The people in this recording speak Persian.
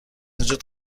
وجود